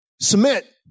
Submit